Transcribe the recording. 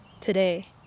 today